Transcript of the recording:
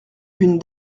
une